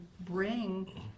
bring